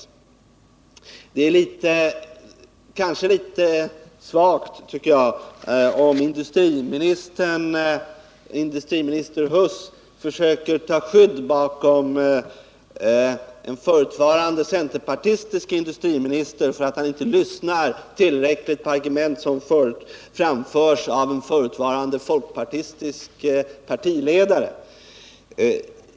Jag tycker att det kanske är litet svagt om industriminister Huss försöker ta skydd bakom den förutvarande, centerpartistiske industriministern för att han inte lyssnar på argument som framförs av en förutvarande folkpartistisk partiledare.